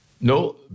No